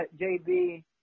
JB